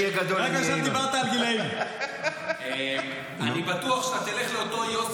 אולי כשאני אהיה גדול, אני אהיה ינון.